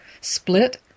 split